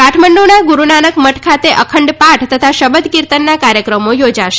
કાઠમંડુના ગુરૂનાનક મઠ ખાતે અખંડ પાઠ તથા શબદ કીર્તનના કાર્યક્રમો યોજાશે